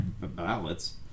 ballots